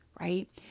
right